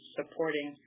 supporting